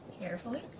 carefully